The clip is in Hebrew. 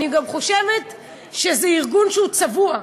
אני גם חושבת שזה ארגון שהוא צבוע.